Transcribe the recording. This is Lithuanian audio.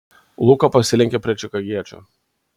luka pasilenkė prie čikagiečio